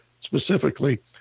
specifically